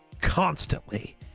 constantly